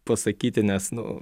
pasakyti nes nu